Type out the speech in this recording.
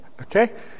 Okay